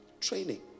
training